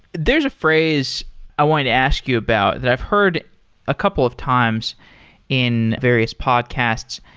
there's a phrase i wanted to ask you about that i've heard a couple of times in various podcasts.